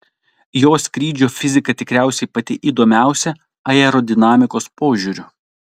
jo skrydžio fizika tikriausiai pati įdomiausia aerodinamikos požiūriu